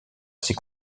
ses